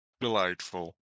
Delightful